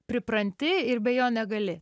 pripranti ir be jo negali